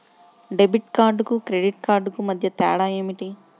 Debit కార్డుకు credit కార్డుకు మధ్య తేడా ఏమిటీ?